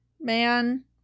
Man